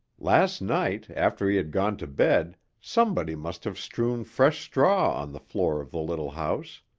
last night after he had gone to bed somebody must have strewn fresh straw on the floor of the little house.